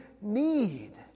need